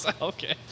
Okay